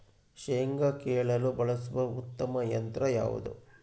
ಶೇಂಗಾ ಕೇಳಲು ಬಳಸುವ ಉತ್ತಮ ಯಂತ್ರ ಯಾವುದು?